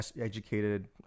educated